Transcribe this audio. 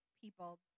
people